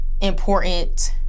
important